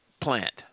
plant